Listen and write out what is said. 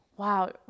Wow